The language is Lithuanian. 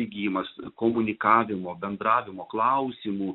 įgijimas komunikavimo bendravimo klausimų